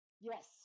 Yes